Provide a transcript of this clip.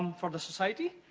for the society.